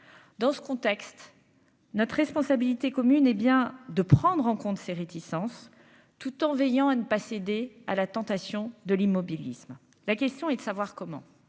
dans ce contexte, notre responsabilité commune, hé bien de prendre en compte ces réticences tout en veillant à ne pas céder à la tentation de l'immobilisme, la question est de savoir comment